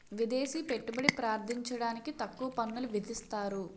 విదేశీ పెట్టుబడి ప్రార్థించడానికి తక్కువ పన్నులు విధిస్తారు